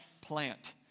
plant